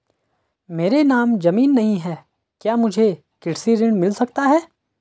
मेरे नाम ज़मीन नहीं है क्या मुझे कृषि ऋण मिल सकता है?